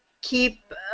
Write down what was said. keep